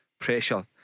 pressure